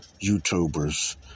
YouTubers